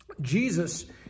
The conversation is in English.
Jesus